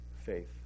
faith